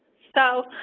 so,